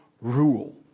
rule